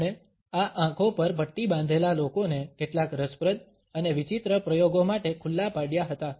તેમણે આ આંખો પર પટ્ટી બાંધેલા લોકોને કેટલાક રસપ્રદ અને વિચિત્ર પ્રયોગો માટે ખુલ્લા પાડ્યા હતા